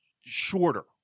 shorter